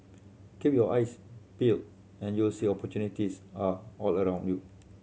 keep your eyes peeled and you will see opportunities are all around you